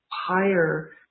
higher